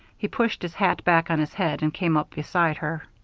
he pushed his hat back on his head and came up beside her.